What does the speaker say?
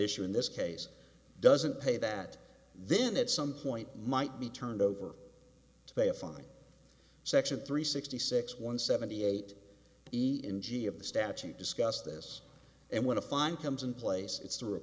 issue in this case doesn't pay that then it some point might be turned over to pay a fine section three sixty six one seventy eight easy in g of the statute discuss this and what a fine comes in place it's through a